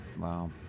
Wow